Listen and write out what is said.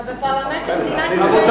אתה בפרלמנט של מדינת ישראל.